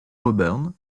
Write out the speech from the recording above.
auburn